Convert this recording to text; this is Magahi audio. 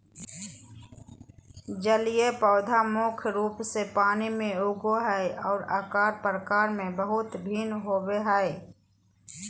जलीय पौधा मुख्य रूप से पानी में उगो हइ, और आकार प्रकार में बहुत भिन्न होबो हइ